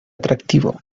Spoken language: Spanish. atractivo